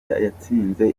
yatsinze